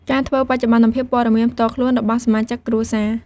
ការធ្វើបច្ចុប្បន្នភាពព័ត៌មានផ្ទាល់ខ្លួនរបស់សមាជិកគ្រួសារ។